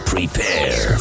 Prepare